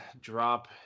drop